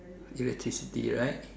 electricity right